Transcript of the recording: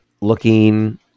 Looking